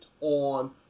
on